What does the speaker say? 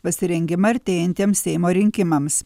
pasirengimą artėjantiems seimo rinkimams